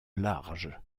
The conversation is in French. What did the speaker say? large